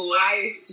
life